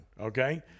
okay